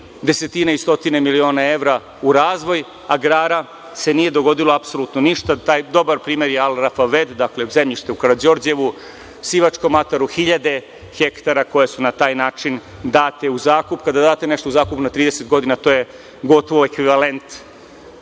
desetine i stotine miliona evra u razvoj agrara se nije dogodilo apsolutno ništa, taj dobar primer je Al Rawafed, dakle, zemljište u Karađorđevu, sivačkom ataru, hiljade hektara koje su na taj način date u zakup. Kada date nešto u zakon na 30 godina, to je gotovo ekvivalent,